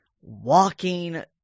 walking